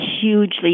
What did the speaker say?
hugely